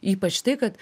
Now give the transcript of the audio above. ypač tai kad